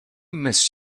miss